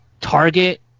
target